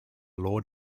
lord